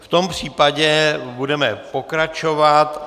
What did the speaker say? V tom případě budeme pokračovat.